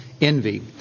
envy